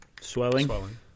swelling